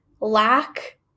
lack